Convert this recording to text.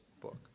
book